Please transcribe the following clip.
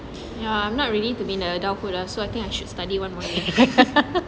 ya I'm not ready to be no adulthood lah so I think I should study one more year